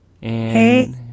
Hey